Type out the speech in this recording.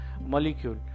molecule